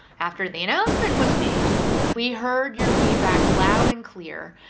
after the announcement was made we heard your feedback loud and clear.